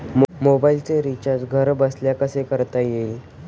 मोबाइलचे रिचार्ज घरबसल्या कसे करता येईल?